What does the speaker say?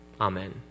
Amen